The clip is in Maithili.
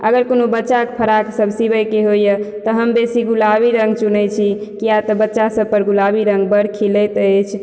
अगर कोनो बच्चाके फराक सब सिबयके होइए तऽ हम बेसी गुलाबी रङ्ग चुनय छी किएक तऽ बच्चा सबपर गुलाबी रङ्ग बड़ खिलैत अछि